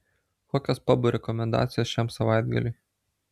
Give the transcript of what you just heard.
kokios pabų rekomendacijos šiam savaitgaliui